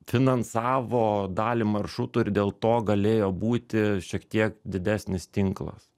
finansavo dalį maršrutų ir dėl to galėjo būti šiek tiek didesnis tinklas